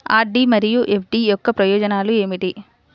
RD మరియు FD యొక్క ప్రయోజనాలు ఏమిటి?